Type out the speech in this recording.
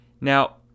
Now